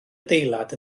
adeilad